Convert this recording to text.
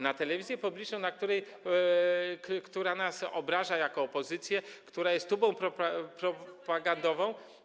Na telewizję publiczną, która nas obraża jako opozycję, która jest tubą propagandową.